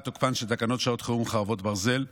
תוקפן של תקנות שעת חירום (חרבות ברזל)